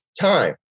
time